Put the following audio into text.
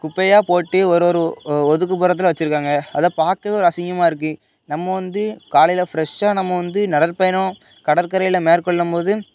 குப்பையாக போட்டு ஒருவொரு ஓ ஒதுக்குபுரத்தில் வச்சுருக்காங்க அதை பார்க்கவே ஒரு அசிங்கமாக இருக்குது நம்ம வந்து காலையில் ஃப்ரெஷ்ஷாக நம்ம வந்து நடைற்பயணம் கடற்கரையில் மேற்கொள்ளும் போது